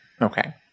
Okay